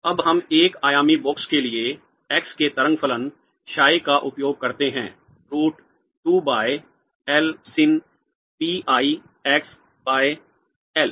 अब हम एक आयामी बॉक्स के लिए x के तरंग फलन psi का उपयोग करते हैं रूट 2 बाय एल पाप पीआई एक्स बाय एल